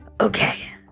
Okay